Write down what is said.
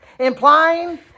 implying